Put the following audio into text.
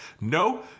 no